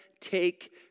take